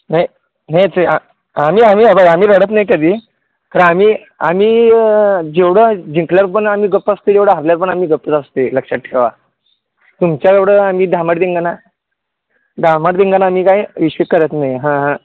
नाही नाही ते हां आम्ही आम्ही हे बघा आम्ही रडत नाही कधी तर आम्ही आम्ही जेवढं जिंकल्यावर पण आम्ही गप्प असते तेवढं हरल्यावर पण आम्ही गप्पच असतेय लक्षात ठेवा तुमच्या एवढं आमी धांगडधिंगाणा धांगडधिंगाणा आम्ही काय विषयच करत नाही हां हां